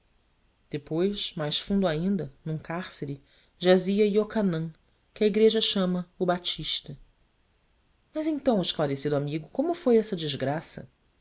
depois mais fundo ainda num cárcere jazia iocanã que a igreja chama o batista mas então esclarecido amigo como foi essa desgraça